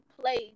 play